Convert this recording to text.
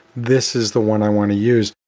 this is the one i want to use,